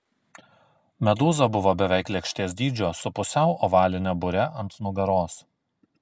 medūza buvo beveik lėkštės dydžio su pusiau ovaline bure ant nugaros